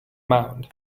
mound